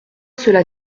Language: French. cela